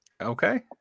okay